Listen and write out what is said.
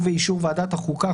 ובאישור ועדת חוקה,